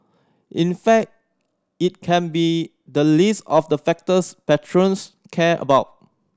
in fact it can be the least of the factors patrons care about